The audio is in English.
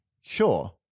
Sure